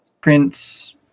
prince